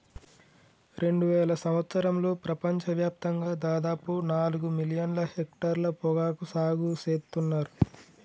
రెండువేల సంవత్సరంలో ప్రపంచ వ్యాప్తంగా దాదాపు నాలుగు మిలియన్ల హెక్టర్ల పొగాకు సాగు సేత్తున్నర్